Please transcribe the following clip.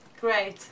Great